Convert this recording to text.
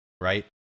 right